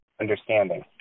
understanding